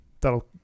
that'll